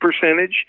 percentage